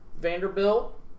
Vanderbilt